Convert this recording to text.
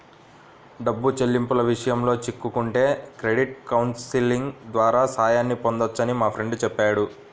డబ్బు చెల్లింపుల విషయాల్లో చిక్కుకుంటే క్రెడిట్ కౌన్సిలింగ్ ద్వారా సాయాన్ని పొందొచ్చని మా ఫ్రెండు చెప్పాడు